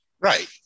right